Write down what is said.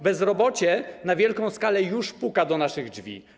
Bezrobocie na wielką skalę już puka do naszych drzwi.